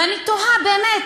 ואני תוהה, באמת,